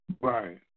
Right